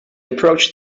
approached